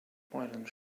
violent